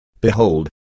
behold